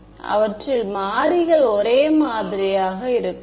மாணவர் மாறிகள் அவற்றில் மாறிகள் ஒரே மாதிரியாக இருக்கும்